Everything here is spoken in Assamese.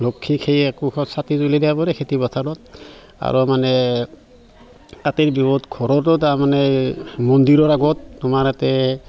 লক্ষীক সেই একোখৰ চাকি জ্বলাই দিয়ে খেতি পথাৰত আৰু মানে কাতিৰ বিহুত ঘৰৰো তাৰমানে মন্দিৰৰ আগত তোমাৰ ইয়াতে